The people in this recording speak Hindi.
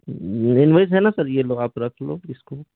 ये इनवॉइस है ना सर ये लो आप रख लो इसको